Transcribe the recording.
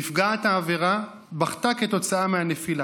נפגעת העבירה בכתה כתוצאה מהנפילה.